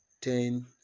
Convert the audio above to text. ten